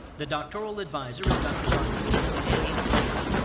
the doctoral advisor is dr. raheem a. beyah.